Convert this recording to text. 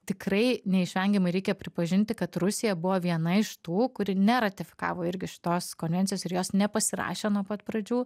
tikrai neišvengiamai reikia pripažinti kad rusija buvo viena iš tų kuri neratifikavo irgi šitos konvencijos ir jos nepasirašė nuo pat pradžių